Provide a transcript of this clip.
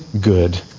good